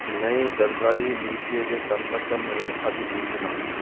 नईं सरकारी नीतिअ जे संबंध में अधिसूचना